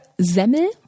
Semmel